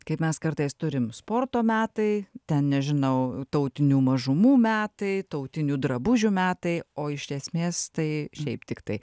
kaip mes kartais turim sporto metai ten nežinau tautinių mažumų metai tautinių drabužių metai o iš esmės tai šiaip tiktai